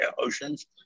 oceans